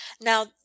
Now